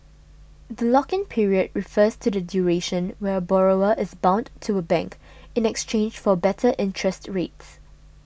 the lock in period refers to the duration where a borrower is bound to a bank in exchange for better interest rates